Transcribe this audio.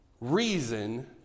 Reason